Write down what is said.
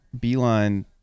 Beeline